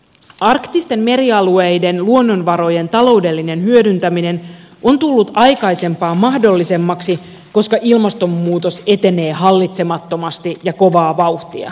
arktisten merialueiden luonnonvarojen taloudellinen hyödyntäminen on tullut aikaisempaa mahdollisemmaksi koska ilmastonmuutos etenee hallitsemattomasti ja kovaa vauhtia